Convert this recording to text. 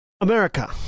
America